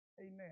Amen